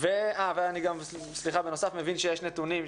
אני מבין שיש נתונים.